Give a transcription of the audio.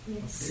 Yes